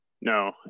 no